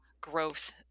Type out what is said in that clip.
growth